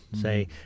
say